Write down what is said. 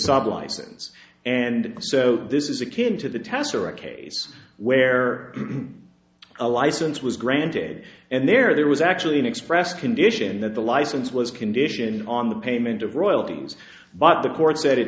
stop license and so this is akin to the test or a case where a license was granted and there there was actually an express condition that the license was conditioned on the payment of royalties but the court that it